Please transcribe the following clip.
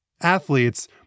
athletes